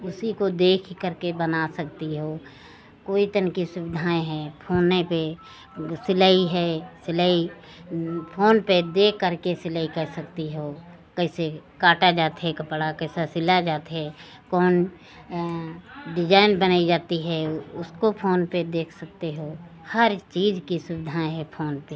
उसी को देख करके बना सकती हो कोई तन कर सुविधाएं हैं फोनय पर जो सिलई है सिलई फोन पर देख करके सिलई कर सकते हो कैसा काटा जाता है कपड़ा कैसा सिला जाता है कौन डिजाइन बनाई जाती है उसको फोन पर देख सकते हो हर चीज़ की सुविधाएँ फोन पर